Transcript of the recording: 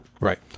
Right